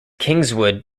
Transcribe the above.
kingswood